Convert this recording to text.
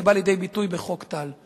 וזה בא לידי ביטוי בחוק טל.